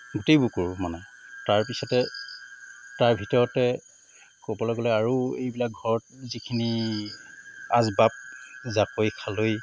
গোটেইবোৰ কৰোঁ মানে তাৰপিছতে তাৰ ভিতৰতে ক'বলৈ গ'লে আৰু এইবিলাক ঘৰ যিখিনি আচবাব জাকৈ খালৈ